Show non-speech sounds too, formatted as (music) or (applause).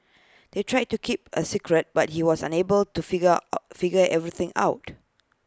they tried to keep A secret but he was unable to figure out (unintelligible) figure everything out